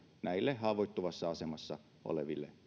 näille haavoittuvassa asemassa oleville